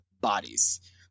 bodies